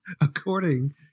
According